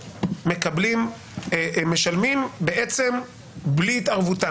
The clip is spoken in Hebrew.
3,500,000 משלמים בעצם בלי התערבות.